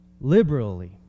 liberally